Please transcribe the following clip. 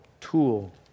tool